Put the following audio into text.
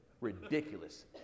Ridiculous